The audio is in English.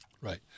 Right